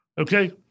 Okay